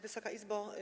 Wysoka Izbo!